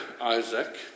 Isaac